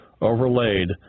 overlaid